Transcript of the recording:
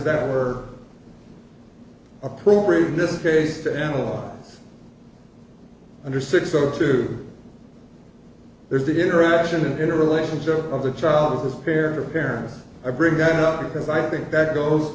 that are appropriate in this case to an under six to two there's the interaction in a relationship of the child with his parent or parents i bring that up because i think that goes